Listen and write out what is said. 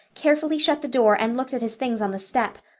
carefully shut the door, and looked at his things on the step.